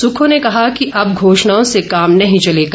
सुक्खू ने कहा कि अब घोषणों से काम नही चलेगा